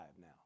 now